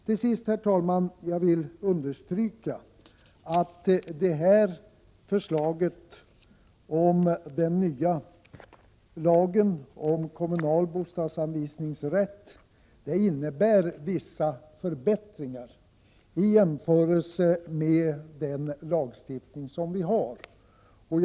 Till sist, herr talman, vill jag understryka att förslaget om den nya lagen om kommunal bostadsanvisningsrätt innebär vissa förbättringar i jämförelse med den lagstiftning som vi nu har.